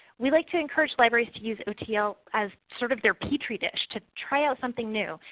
we'd like to encourage libraries to use otl as sort of their petri dish to try out something new.